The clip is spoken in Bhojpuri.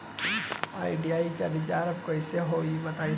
आइडिया के रीचारज कइसे होई बताईं?